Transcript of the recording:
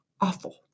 awful